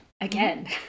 Again